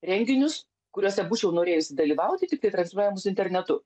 renginius kuriuose būčiau norėjusi dalyvauti tiktai transliuojamus internetu